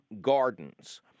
Gardens